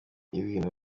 ibintu